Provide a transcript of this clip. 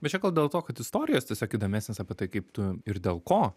bet čia gal dėl to kad istorijos tiesiog įdomesnės apie tai kaip tu ir dėl ko